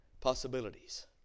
possibilities